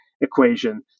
equation